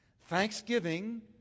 Thanksgiving